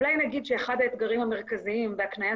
אולי נגיד שאחד האתגרים המרכזיים בהקניית